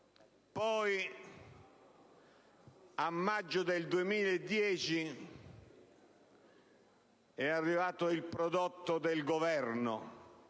poi, a maggio 2010, è arrivato il prodotto del Governo,